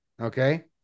Okay